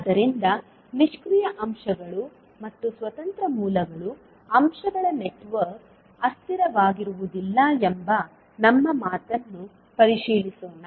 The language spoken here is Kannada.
ಆದ್ದರಿಂದ ನಿಷ್ಕ್ರಿಯ ಅಂಶಗಳು ಮತ್ತು ಸ್ವತಂತ್ರ ಮೂಲಗಳು ಅಂಶಗಳ ನೆಟ್ವರ್ಕ್ ಅಸ್ಥಿರವಾಗಿರುವುದಿಲ್ಲ ಎಂಬ ನಮ್ಮ ಮಾತನ್ನು ಪರಿಶೀಲಿಸೋಣ